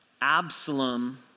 Absalom